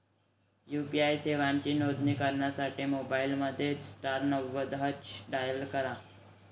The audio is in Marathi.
यू.पी.आई सेवांची नोंदणी करण्यासाठी मोबाईलमध्ये स्टार नव्वद हॅच डायल करा